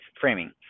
framing